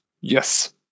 Yes